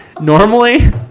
Normally